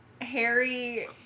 Harry